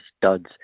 studs